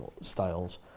styles